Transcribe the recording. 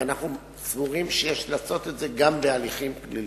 ואנחנו סבורים שיש לעשות את זה גם בהליכים פליליים,